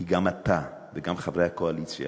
כי גם אתה וגם חברי הקואליציה